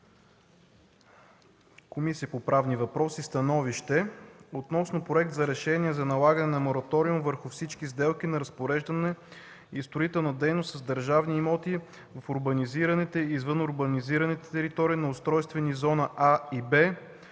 Комисия по правни въпроси - „СТАНОВИЩЕ относно Проект за решение за налагане на мораториум върху всички сделки на разпореждане и строителни дейности с държавни имоти в урбанизираните и извънурбанизираните територии на устройствени зони „А” и „Б”